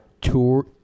tour